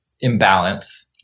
imbalance